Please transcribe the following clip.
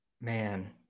Man